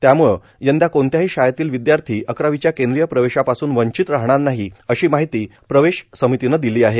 त्यामुळे यंदा कोणत्याही शाळेतील विद्यार्थी अकरावीच्या केंद्रीय प्रवेशापासून वंचित राहणार नाही अशी माहिती प्रवेश समितीने दिली आहे